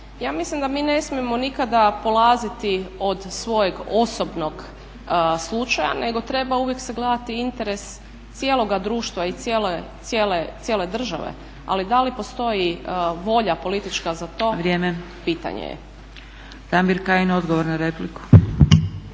Ja mislim da mi ne smijemo nikada polaziti od svojeg osobnog slučaja nego treba uvijek sagledati interes cijeloga društva i cijele države, ali da li postoji volja politička za to, pitanje je. **Zgrebec, Dragica